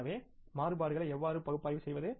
எனவே மாறுபாடுகளை எவ்வாறு பகுப்பாய்வு செய்வது